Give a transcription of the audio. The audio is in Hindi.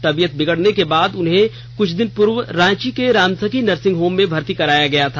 तबीयत बिगडने के बाद उन्हें कुछ दिनों पूर्व रांची के रामसखी नर्सिंग होम में भर्ती कराया गया था